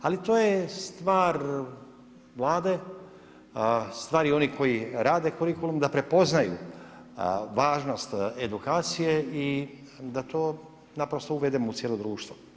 Ali to je stvar Vlade, stvar je onih koji rade kurikulum da prepoznaju važnost edukacije i da to naprosto uvedemo u cijelo društvo.